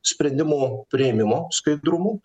sprendimų priėmimo skaidrumu